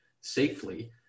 safely